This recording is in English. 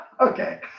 Okay